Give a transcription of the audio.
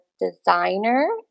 designer